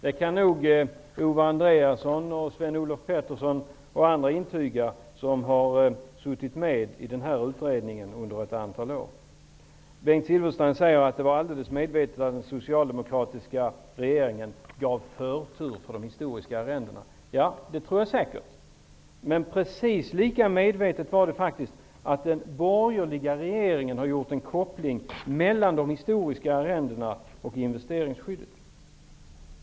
Det kan nog Owe Andréasson, Sven-Olof Petersson och andra som har suttit med i utredningen under ett antal år intyga. Bengt Silfverstrand säger att den socialdemokratiska regeringen medvetet gav förtur för de historiska arrendena. Ja, det tror jag säkert. Men precis lika medvetet var det att den borgerliga regeringen har gjort en koppling mellan de historiska arrendena och investeringsskyddet.